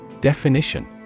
Definition